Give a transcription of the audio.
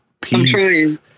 peace